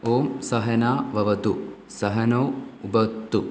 ഓം സഹനാ വവതു സഹനൗ ഉപത്തു